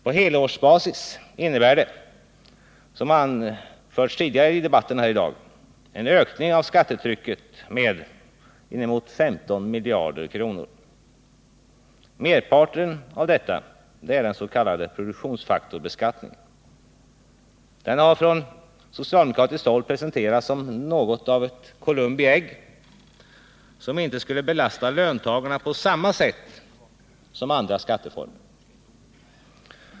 På helårsbasis innebär det, vilket anfördes i debatten tidigare i dag, en ökning av skattetrycket med inemot 15 miljarder kronor. Merparten av detta är den s.k. produktionsfaktorsbeskattningen. Den har från socialdemokratiskt håll presenterats som något av ett Columbi ägg, som inte skulle belasta löntagarna på samma sätt som andra skatteformer.